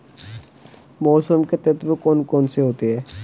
मौसम के तत्व कौन कौन से होते हैं?